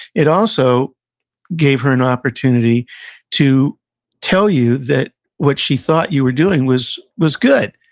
it also gave her an opportunity to tell you that what she thought you were doing was was good.